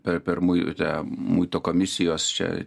per per muitą muito komisijos čia